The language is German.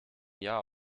jahr